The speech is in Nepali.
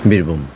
वीरभूम